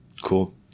Cool